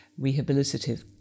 rehabilitative